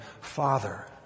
father